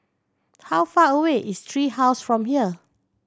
how far away is Tree House from here